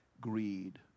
greed